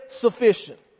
sufficient